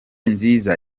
nziza